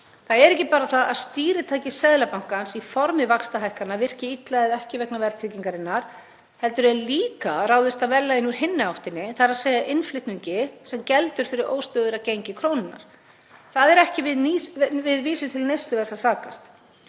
Það er ekki bara það að stýritæki Seðlabankans í formi vaxtahækkana virki illa eða ekki vegna verðtryggingarinnar heldur er líka ráðist að verðlaginu úr hinni áttinni, þ.e. innflutningi sem geldur fyrir óstöðugt gengi krónunnar. Það er ekki við vísitölu neysluverðs að sakast.